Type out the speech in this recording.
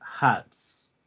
Hats